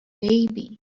maybe